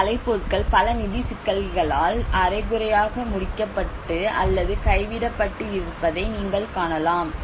இந்த கலைப்பொருட்கள் பல நிதி சிக்கல்களால் அரைகுறையாக முடிக்கப்பட்டு அல்லது கைவிடப்பட்டு இருப்பதை நீங்கள் காணலாம்